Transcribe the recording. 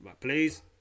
Please